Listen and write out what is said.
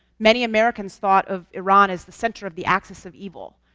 many americans thought of iran as the center of the axis of evil.